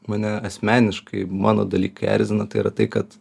mane asmeniškai mano dalykai erzina tai yra tai kad